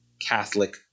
Catholic